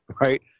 right